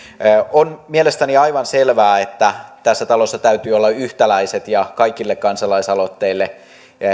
on mielestäni aivan selvää että tässä talossa täytyy olla yhtäläiset ja kaikille kansalais aloitteille